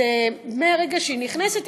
מהרגע שהיא נכנסת,